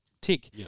tick